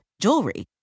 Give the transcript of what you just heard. jewelry